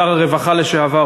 שר הרווחה לשעבר,